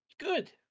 Good